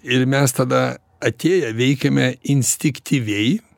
ir mes tada atėję veikiame instiktyviai